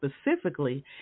specifically